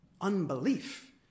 unbelief